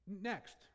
Next